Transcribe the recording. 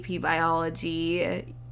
biology